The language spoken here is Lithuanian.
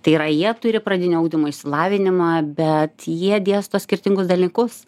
tai yra jie turi pradinio ugdymo išsilavinimą bet jie dėsto skirtingus dalykus